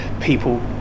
people